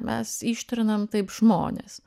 mes ištrinam taip žmones